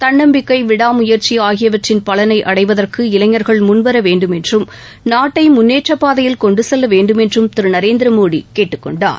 தள்ளம்பிக்கை விடா முயற்சி ஆகியவற்றின் பலனை அடைவதற்கு இளைஞர்கள் முன்வர வேண்டும் என்றும் நாட்டை முன்னேற்றப்பாதையில் கொண்டுசெல்லவேண்டும் என்றும் திரு நரேந்திர மோடி கேட்டுக்கொண்டார்